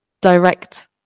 direct